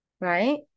right